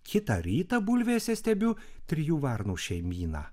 kitą rytą bulvėse stebiu trijų varnų šeimyną